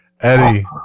Eddie